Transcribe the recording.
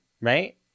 right